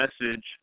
message